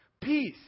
peace